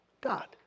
God